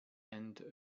end